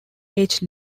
age